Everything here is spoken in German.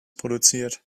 produziert